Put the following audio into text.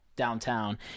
Downtown